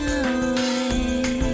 away